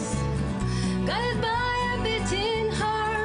אז כל הנושא של שימוש אצלי היה בתחום של קנאביס.